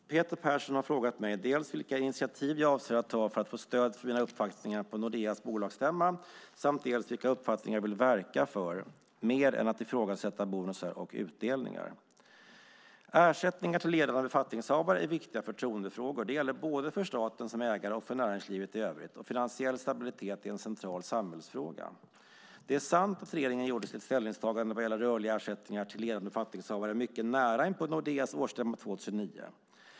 Fru talman! Peter Persson har frågat mig dels vilka initiativ jag avser att ta för att få stöd för mina uppfattningar på Nordeas bolagsstämma, dels vilka uppfattningar jag vill verka för mer än att ifrågasätta bonusar och utdelningar. Ersättningar till ledande befattningshavare är viktiga förtroendefrågor. Det gäller både för staten som ägare och för näringslivet i övrigt, och finansiell stabilitet är en central samhällsfråga. Det är sant att regeringen gjorde sitt ställningstagande vad gäller rörliga ersättningar till ledande befattningshavare mycket nära inpå Nordeas årsstämma 2009.